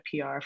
PR